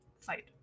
fight